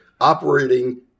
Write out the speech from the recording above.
operating